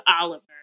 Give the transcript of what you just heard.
Oliver